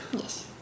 Yes